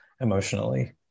emotionally